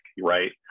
right